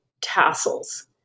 tassels